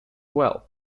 well